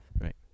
Right